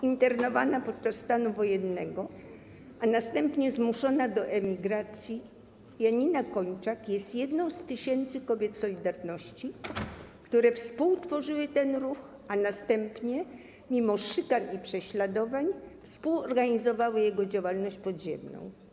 Internowana podczas stanu wojennego, a następnie zmuszona do emigracji Janina Kończak jest jedną z tysięcy kobiet 'Solidarności', które współtworzyły ten ruch, a następnie mimo szykan i prześladowań współorganizowały jego działalność podziemną.